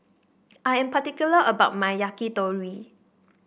I am particular about my Yakitori